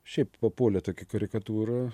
šiaip papuolė tokia karikatūra